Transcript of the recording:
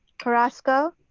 carrasco,